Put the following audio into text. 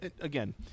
again